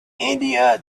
india